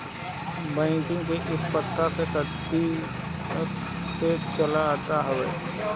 banking के इ प्रथा सदी के चलत आवत हवे